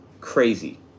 Crazy